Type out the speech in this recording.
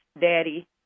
Daddy